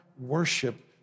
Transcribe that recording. worship